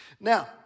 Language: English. Now